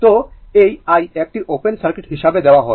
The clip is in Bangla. তো এই i একটি ওপেন সার্কিট হিসাবে দেওয়া হয়